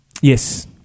Yes